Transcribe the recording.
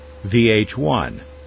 VH1